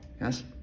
Yes